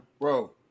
bro